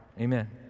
Amen